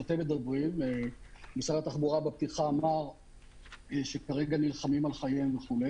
שאתם מדברים - משרד התחבורה בפתיחה אמר שכרגע נלחמים על חייהם וכו'.